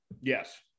Yes